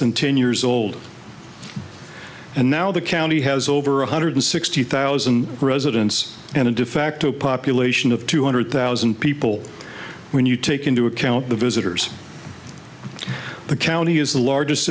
than ten years old and now the county has over one hundred sixty thousand residents and a defacto population of two hundred thousand people when you take into account the visitors the county is the largest